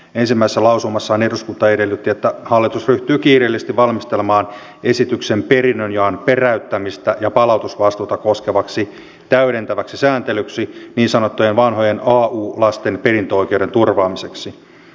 ensimmäisessä lausumassaan eduskunta edellytti että hallitus ryhtyy kiireellisesti valmistelemaan esityksen perinnönjaon peräyttämistä ja palautusvastuuta koskevaksi täydentäväksi sääntelyksi niin sanottujen vanhojen au lasten perintöoikeuden turvaamiseksi